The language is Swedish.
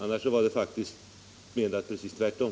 Annars menade jag faktiskt precis tvärtom.